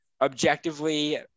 objectively